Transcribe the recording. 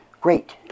great